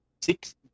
six